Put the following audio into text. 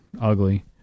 ugly